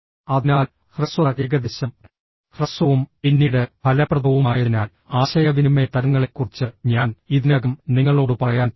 അതിനാൽ ഹ്രസ്വത ഏകദേശം ഹ്രസ്വവും പിന്നീട് ഫലപ്രദവുമായതിനാൽ ആശയവിനിമയ തരങ്ങളെക്കുറിച്ച് ഞാൻ ഇതിനകം നിങ്ങളോട് പറയാൻ തുടങ്ങി